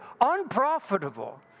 unprofitable